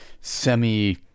semi